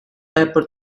paper